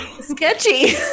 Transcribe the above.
Sketchy